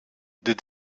did